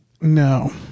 No